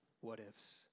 what-ifs